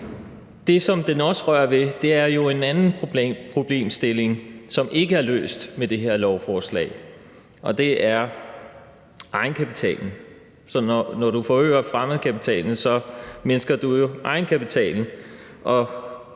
Det, som det også rører ved, er jo en anden problemstilling, som ikke er løst med det her lovforslag, og det er egenkapitalen. Så når man forøger fremmedkapitalen, mindsker man egenkapitalen,